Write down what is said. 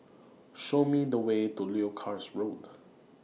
Show Me The Way to Leuchars Road